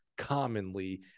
commonly